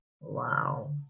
wow